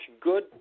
good